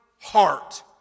heart